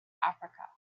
africa